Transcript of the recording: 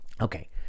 Okay